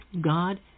God